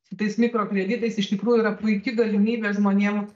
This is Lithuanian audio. su tais mikrokreditais iš tikrųjų yra puiki galimybė žmonėm